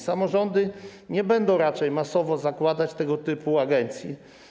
Samorządy nie będą raczej masowo zakładać tego typu agencji.